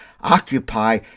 Occupy